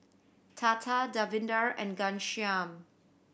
Tata Davinder and Ghanshyam